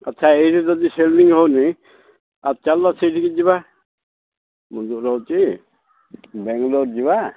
ଆଚ୍ଛା ଏଇଠି ଯଦି ସେଭିଙ୍ଗ ହଉନି ଆଉ ଚାଲ ସେଇଠିକି ଯିବା ମିଲୁ ରହୁଛି ବାଙ୍ଗଲୋର ଯିବା